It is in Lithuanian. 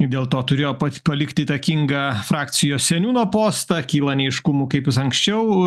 ir dėl to turėjo pats palikti įtakingą frakcijos seniūno postą kyla neaiškumų kaip jis anksčiau